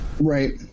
Right